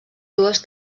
dues